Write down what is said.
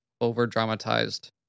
over-dramatized